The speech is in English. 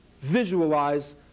visualize